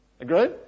Agreed